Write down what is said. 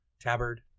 tabard